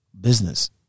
business